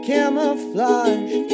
Camouflage